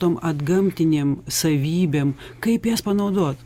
tom atgamtinėm savybėm kaip jas panaudot